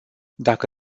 dacă